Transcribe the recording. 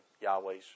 Yahweh's